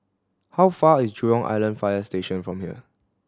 how far is Jurong Island Fire Station from here